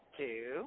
two